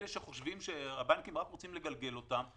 אלה שחושבים שהבנקים רק רוצים לגלגל אותם,